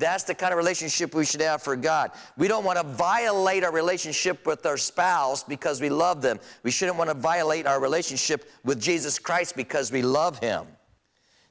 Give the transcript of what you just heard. that's the kind of relationship we should have for god we don't want to violate our relationship with their spouse because we love them we shouldn't want to violate our relationship with jesus christ because we love him